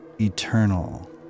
eternal